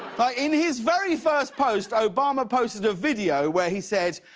but in his very first post, obama posted a video where he said,